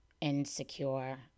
Insecure